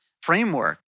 framework